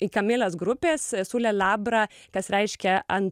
į kamilės grupės saulelebra kas reiškia ant